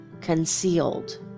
concealed